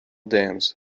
dams